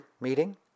meeting